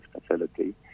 facility